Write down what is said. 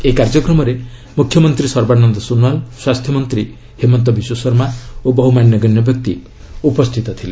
ଏହି କାର୍ଯ୍ୟକ୍ରମରେ ମୁଖ୍ୟମନ୍ତ୍ରୀ ସର୍ବାନନ୍ଦ ସୋନୱାଲ ସ୍ୱାସ୍ଥ୍ୟମନ୍ତ୍ରୀ ହିମନ୍ତ ବିଶ୍ୱଶର୍ମା ଓ ବହୁ ମାନ୍ୟଗଣ୍ୟ ବ୍ୟକ୍ତି ଉପସ୍ଥିତ ଥିଲେ